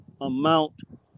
amount